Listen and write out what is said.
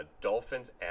dolphins